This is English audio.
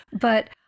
But-